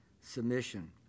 submission